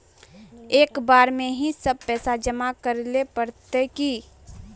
एक बार में ही सब पैसा जमा करले पड़ते की?